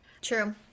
True